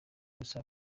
gusa